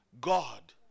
God